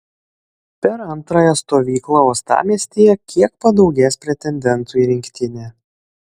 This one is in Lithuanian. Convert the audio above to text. per antrąją stovyklą uostamiestyje kiek padaugės pretendentų į rinktinę